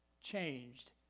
changed